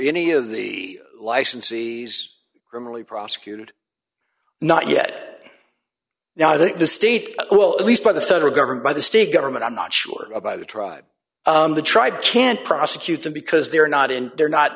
any of the licensees criminally prosecuted not yet now that the state well at least by the federal government by the state government i'm not sure about the tribe the tribe can't prosecute them because they're not in they're not